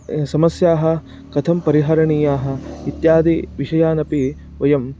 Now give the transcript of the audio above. समस्याः कथं परिहरणीयाः इत्यादिविषयानपि वयं